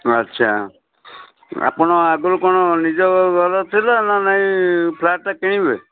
ଆଚ୍ଛା ଆପଣ ଆଗରୁ କ'ଣ ନିଜ ଘର ଥିଲେ ନା ନାହିଁ ଫ୍ଲାଟ୍ଟା କିଣିବେ